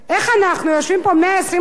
יושבים פה 120 חברי כנסת,